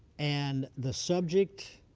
and the subject,